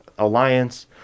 alliance